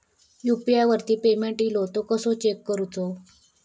UPI वरती payment इलो तो कसो चेक करुचो?